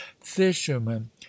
fisherman